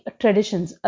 traditions